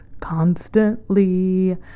constantly